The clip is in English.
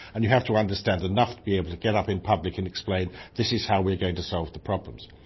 and you have to understand enough to be able to get up in public and explain this is how we are going to solve the problems.